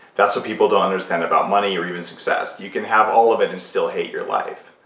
that's what people don't understand about money or even success. you can have all of it and still hate your life.